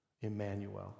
Emmanuel